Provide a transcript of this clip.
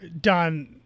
Don